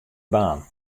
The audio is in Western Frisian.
baan